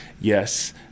Yes